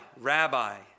Rabbi